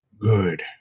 Good